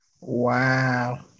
Wow